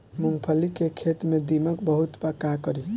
मूंगफली के खेत में दीमक बहुत बा का करी?